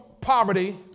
poverty